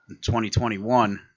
2021